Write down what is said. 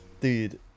Dude